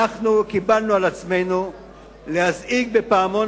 אנחנו קיבלנו על עצמנו להזעיק בפעמון